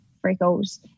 freckles